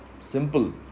Simple